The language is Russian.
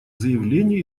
заявления